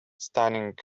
stunning